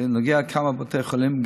נגיע לכמה בתי חולים,